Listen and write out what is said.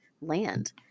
land